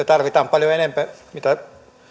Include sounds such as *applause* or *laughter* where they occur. *unintelligible* tarvitaan paljon enemmän kuin mitä